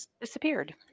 disappeared